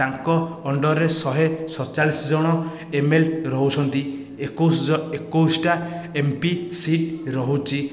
ତାଙ୍କ ଅଣ୍ଡର୍ରେ ଶହେ ସତଚାଳିଶି ଜଣ ଏମଏଲଏ ରହୁଛନ୍ତି ଏକୋଇଶ ଏକୋଇଶଟା ଏମ୍ପି ସିଟ୍ ରହୁଛି